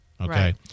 Okay